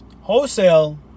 wholesale